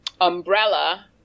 umbrella